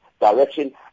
direction